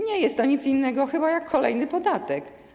Nie jest to nic innego jak kolejny podatek.